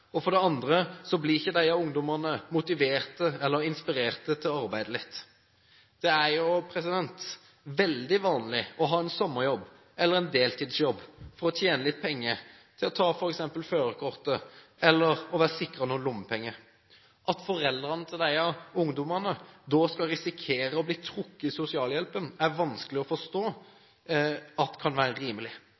og for det andre blir ikke disse ungdommene motiverte eller inspirerte til å arbeide litt. Det er jo veldig vanlig å ha en sommerjobb eller en deltidsjobb for å tjene litt penger til f.eks. å ta førerkort eller for å være sikret noen lommepenger. At foreldrene til disse ungdommene da skal risikere å bli trukket i sosialhjelpen, er vanskelig å forstå kan være rimelig.